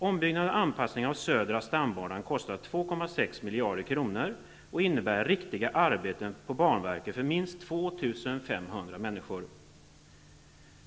Ombyggnad och anpassning av södra stambanan kostar ca 2,6 miljarder kronor och innebär riktiga arbeten på banverket för mist 2 500 människor.